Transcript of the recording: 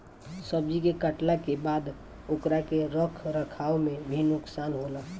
सब्जी के काटला के बाद ओकरा के रख रखाव में भी नुकसान होला